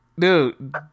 dude